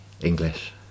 English